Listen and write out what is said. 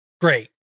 great